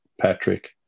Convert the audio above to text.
Patrick